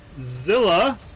Zilla